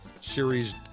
series